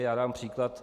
Já dám příklad.